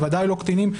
בוודאי לא קטינים,